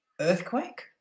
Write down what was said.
earthquake